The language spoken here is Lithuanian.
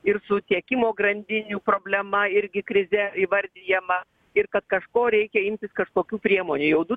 ir su tiekimo grandinių problema irgi krize įvardijama ir kad kažko reikia imtis kažkokių priemonių jau du